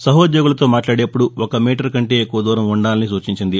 సహోద్యోగులతో మాట్లాదేటప్పుడు ఒక మీటరు కంటే ఎక్కువ దూరం ఉండాలని సూచించింది